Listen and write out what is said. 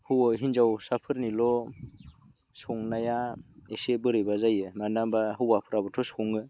हिनजावसाफोरनिल' संनाया एसे बोरैबा जायो मानो होमब्ला हौवाफ्राबोथ' सङो